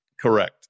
Correct